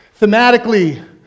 Thematically